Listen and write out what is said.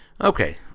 okay